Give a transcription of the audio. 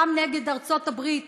גם נגד ארצות-הברית,